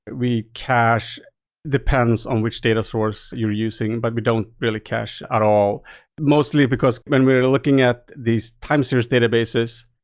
we cache depends on which data source you're using, but we don't really cache at all mostly because when we're looking at these time series databases,